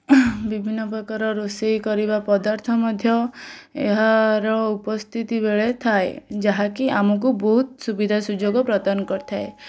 ବିଭିନ୍ନପ୍ରକାର ରୋଷେଇ କରିବା ପଦାର୍ଥ ମଧ୍ୟ ଏହାର ଉପସ୍ଥିତିବେଳେ ଥାଏ ଯାହାକି ଆମକୁ ବହୁତ ସୁବିଧା ସୁଯୋଗ ପ୍ରଦାନ କରିଥାଏ